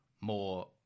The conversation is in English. more